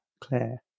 Claire